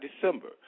December